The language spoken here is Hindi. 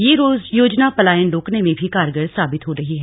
ये योजना पलायान रोकने में भी कारगर साबित हो रही है